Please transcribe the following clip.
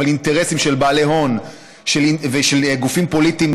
אבל אינטרסים של בעלי הון ושל גופים פוליטיים